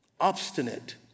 obstinate